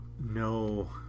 No